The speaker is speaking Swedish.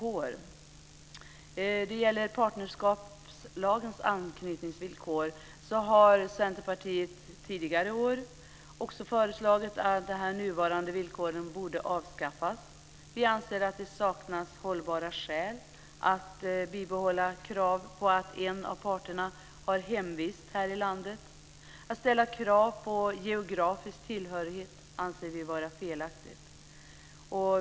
Då det gäller partnerskapslagens anknytningsvillkor har Centerpartiet också tidigare år föreslagit att nuvarande villkor borde avskaffas. Vi anser att det saknas hållbara skäl för att bibehålla kravet på att en av parterna ska ha hemvist här i landet. Att ställa krav på geografisk tillhörighet anser vi vara felaktigt.